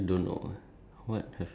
this one not too sure eh